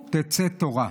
ממִחזוּר תצא תורה",